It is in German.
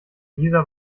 lisa